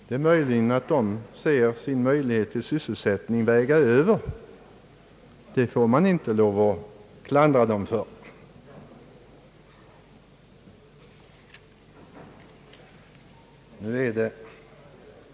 Det är tänkbart att de anser hänsynen till sina sysselsättningsmöjligheter väga över — det får man inte klandra dem för.